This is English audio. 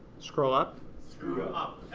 scroll up? screw up,